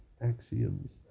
axioms